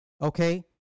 Okay